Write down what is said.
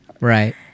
right